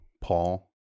Paul